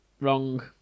Wrong